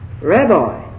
Rabbi